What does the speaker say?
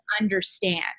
understand